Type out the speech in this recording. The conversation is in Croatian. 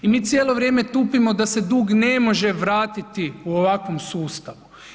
I mi cijelo vrijeme tupimo da se dug ne može vratiti u ovakvom sustavu.